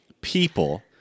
people